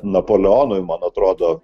napoleonui man atrodo